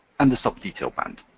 and a sub-detail band.